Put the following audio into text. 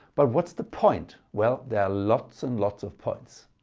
but what's the point? well there are lots and lots of points.